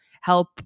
help